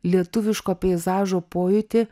lietuviško peizažo pojūtį